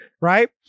right